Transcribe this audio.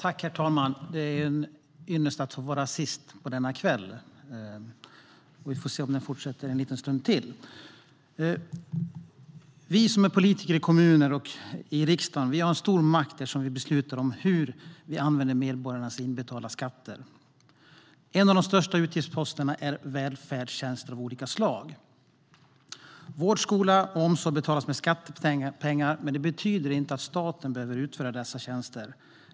Herr talman! Det är en ynnest att få vara sist på talarlistan denna kväll. Vi får se om debatten fortsätter en liten stund till. Vi som är politiker i kommuner och i riksdagen har en stor makt eftersom vi beslutar om hur medborgarnas inbetalda skatter ska användas. En av de största utgiftsposterna är välfärdstjänster av olika slag. Vård, skola och omsorg betalas med skattepengar, men det betyder inte att staten behöver utföra dessa tjänster.